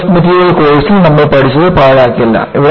strength of material course നമ്മൾ പഠിച്ചത് പാഴാകില്ല